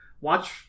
watch